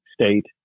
state